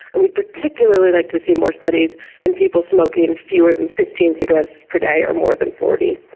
we'd particularly like to see more studies in people smoking fewer than fifteen cigarettes per day or more than forty.